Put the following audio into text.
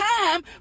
time